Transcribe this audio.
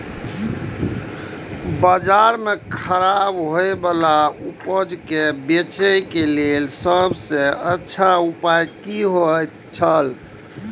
बाजार में खराब होय वाला उपज के बेचे के लेल सब सॉ अच्छा उपाय की होयत छला?